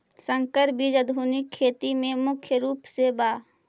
संकर बीज आधुनिक खेती में मुख्य रूप से बा